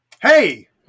Hey